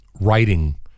writing